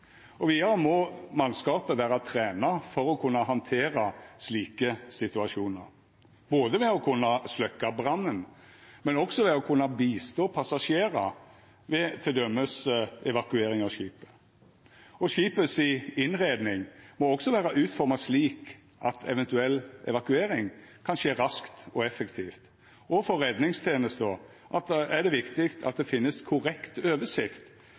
Vidare må mannskapet vera trena for å kunna handtera slike situasjonar, både ved å kunna sløkkja brannen og også ved å kunna hjelpa passasjerar ved t.d. evakuering av skipet. Skipets innreiing må også vera laga slik at ei eventuell evakuering kan skje raskt og effektivt, og for redningstenesta er det viktig at det finst korrekt oversikt